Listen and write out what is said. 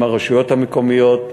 עם הרשויות המקומיות,